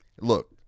look